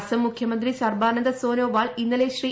അസം മുഖ്യമന്ത്രി സർബാനന്ദ സോനോവാൾ ഇന്നലെ ശ്രീ